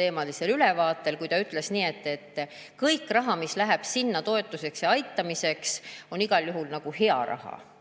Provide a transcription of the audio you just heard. teemalisel ülevaatel, on kõik see raha, mis läheb sinna toetuseks ja aitamiseks, igal juhul hea raha.